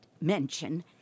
mention